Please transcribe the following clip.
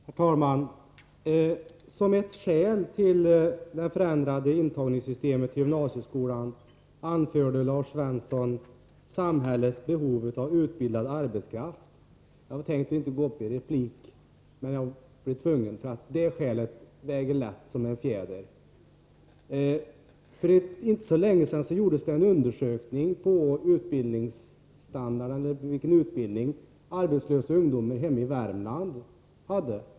Herr talman! Som ett skäl till det förändrade systemet för intagning till gymnasieskolan anförde Lars Svensson samhällets behov av utbildad arbetskraft. Jag tänkte inte gå upp i replik, men jag blev tvungen till detta eftersom detta skäl väger lätt som en fjäder. För inte så länge sedan gjordes en undersökning om vilken utbildning arbetslösa ungdomar hemma i Värmland hade.